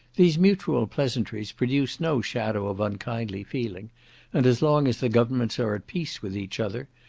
these mutual pleasantries produce no shadow of unkindly feeling and as long as the governments are at peace with each other,